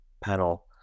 panel